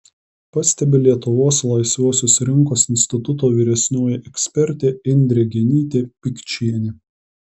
pastebi lietuvos laisvosios rinkos instituto vyresnioji ekspertė indrė genytė pikčienė